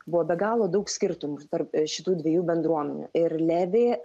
buvo be galo daug skirtumų tarp šitų dviejų bendruomenių ir levi